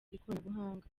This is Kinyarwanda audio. ikoranabuhanga